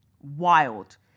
Wild